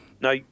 Now